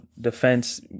defense